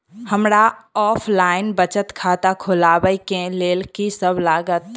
हमरा ऑफलाइन बचत खाता खोलाबै केँ लेल की सब लागत?